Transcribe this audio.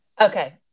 Okay